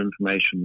information